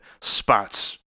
spots